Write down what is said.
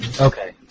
Okay